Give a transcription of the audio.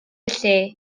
lle